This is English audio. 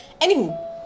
Anywho